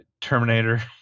Terminator